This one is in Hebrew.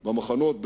במחנות,